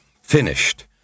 finished